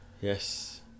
yes